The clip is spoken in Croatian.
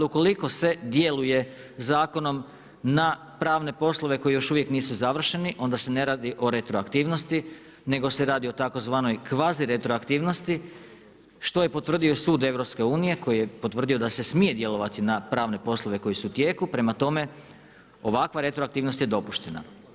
Ukoliko se djeluje zakonom na pravne poslove koji još uvijek nisu završeni, onda se ne radi o retroaktivnosti nego se radi o tzv. kvazdiretroaktivnosti, što je potvrdio i Sud EU, koji je potvrdio da se smije djelovati na pravne poslove koji su u tijeku, prema tome ovakva retroaktivnost je dopuštena.